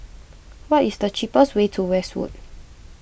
what is the cheapest way to Westwood